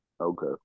Okay